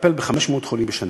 לטפל ב-500 חולים בשנה.